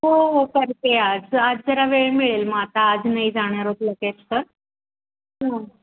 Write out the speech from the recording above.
हो हो करते आज आज जरा वेळ मिळेल मग आता आज नाही जाणार आहोत लगेच तर